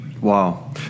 Wow